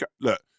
look